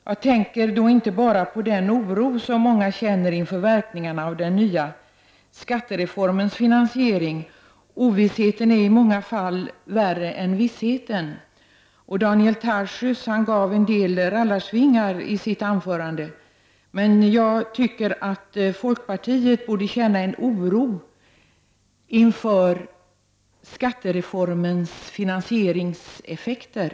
Jag tänker då inte bara på den oro som många känner inför verkningarna av den nya skattereformens finansiering — ovissheten är i många fall värre än vissheten. Daniel Tarschys utdelade en del rallarsvingar i sitt anförande, men jag tycker att folkpartiet borde känna en oro inför skattereformens finansieringseffekter.